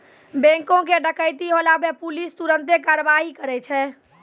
बैंको के डकैती होला पे पुलिस तुरन्ते कारवाही करै छै